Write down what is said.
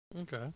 Okay